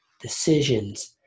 decisions